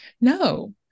No